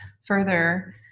further